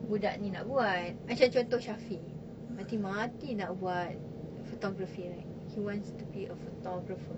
budak ni nak buat shafie mati-mati nak buat photography right he wants to be a photographer